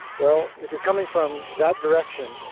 well, if you're coming from that direction,